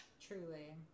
Truly